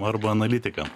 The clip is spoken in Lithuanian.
arba analitikam